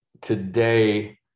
today